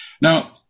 Now